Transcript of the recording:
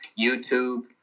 YouTube